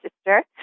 Sister